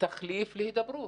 תחליף להידברות.